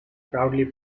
proudly